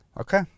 Okay